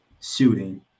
shooting